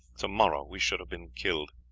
tomorrow we should have been killed.